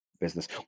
business